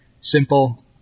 simple